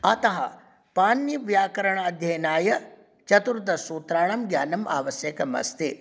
अतः पाणिनिव्याकरणाध्य्यनाय चतुर्दशसूत्राणां ज्ञानं आवश्यकम् अस्ति